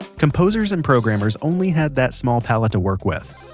composers and programmers only had that small palette to work with.